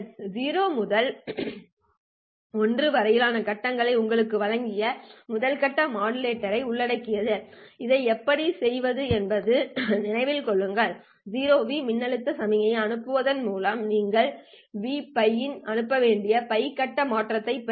0 முதல் to வரையிலான கட்டங்களை உங்களுக்கு வழங்க முதல் கட்ட மாடுலேட்டரை உள்ளமைக்கிறீர்கள் இதை எப்படி செய்வது என்பதை நினைவில் கொள்ளுங்கள் 0 V மின்னழுத்த சமிக்ஞையை அனுப்புவதன் மூலம் நீங்கள் Vπ இல் அனுப்ப வேண்டிய π கட்ட மாற்றத்தை பெறலாம்